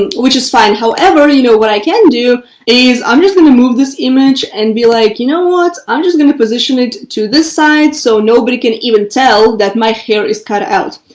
and which is fine. however, you know, what i can do is i'm just gonna move this image and be like, you know what, i'm just gonna position it to this side. so nobody can even tell that my hair is cut out.